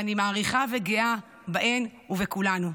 ואני מעריכה, וגאה בהן ובכולנו.